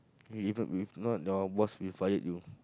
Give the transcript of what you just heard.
if if not your boss will fired you